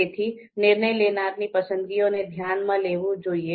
તેથી નિર્ણય લેનારની પસંદગીઓને ધ્યાનમાં લેવું જોઈએ